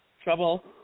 trouble